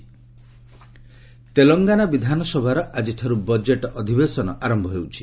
Telangana assembly Telangana ବିଧାନସଭାର ଆଜିଠାରୁ budget ଅଧିବେଶନ ଆରମ୍ଭ ହେଉଛି